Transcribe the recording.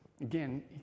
Again